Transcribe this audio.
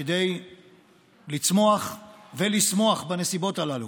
כדי לצמוח ולשמוח בנסיבות הללו.